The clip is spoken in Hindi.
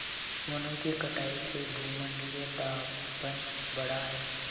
वनों की कटाई से भूमंडलीय तापन बढ़ा है